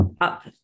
up